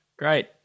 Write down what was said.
great